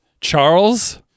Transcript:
Charles